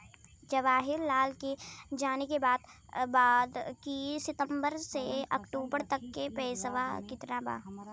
जवाहिर लाल के जाने के बा की सितंबर से अक्टूबर तक के पेसवा कितना बा?